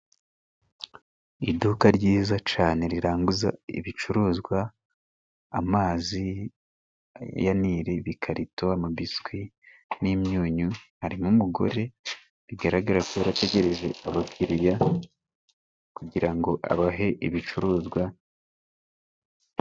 Iduka ryiza cane riranguza ibicuruzwa，amazi ya niri， ibikarito， amabiswi， n'imyunyu，harimo umugore bigaragara ko yarategereje abakiriya，kugira ngo abahe ibicuruzwa. ...